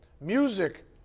music